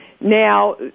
Now